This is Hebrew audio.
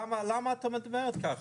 למה את אומרת ככה?